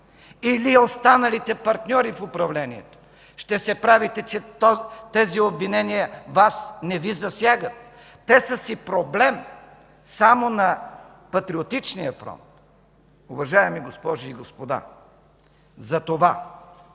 или останалите партньори в управлението? Ще се правите, че тези обвинения Вас не Ви засягат?! Те са си проблем само на Патриотичния фронт?! Уважаеми госпожи и господа, затова